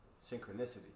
Synchronicity